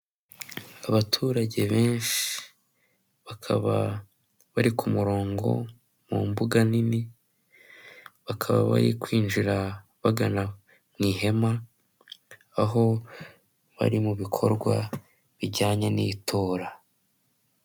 Abaturage benshi bakaba bari ku murongo mu mbuga nini, bakaba bari kwinjira bagana mu ihema aho bari mu bikorwa bijyanye n'itora.